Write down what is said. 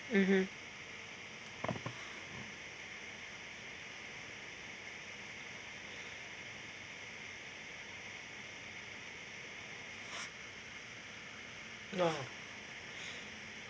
mmhmm oh